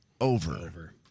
Over